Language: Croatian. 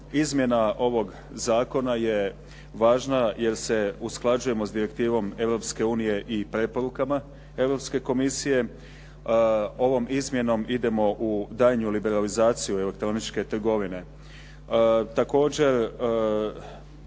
izmjena ovog zakona je važna jer se usklađujemo s direktivom Europske unije i preporukama Europske komisije. Ovom izmjenom idemo u daljnju liberalizaciju elektroničke trgovine.